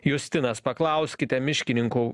justinas paklauskite miškininkų